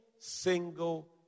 single